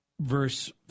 Verse